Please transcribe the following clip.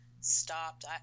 stopped